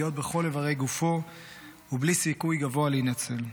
עם פגיעות בכל אברי גופו ובלי סיכוי גבוה להינצל.